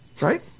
right